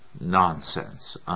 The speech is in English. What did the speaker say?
nonsense